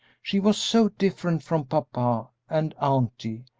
she was so different from papa and auntie,